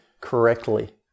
correctly